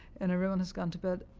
and everyone has gone to bed.